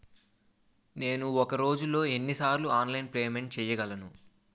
నేను ఒక రోజులో ఎన్ని సార్లు ఆన్లైన్ పేమెంట్ చేయగలను?